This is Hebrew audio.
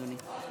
אדוני.